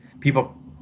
people